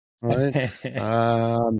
right